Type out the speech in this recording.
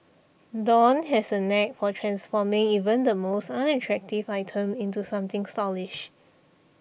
dawn has a knack for transforming even the most unattractive item into something stylish